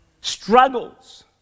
struggles